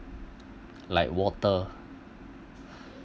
like water